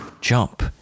jump